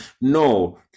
no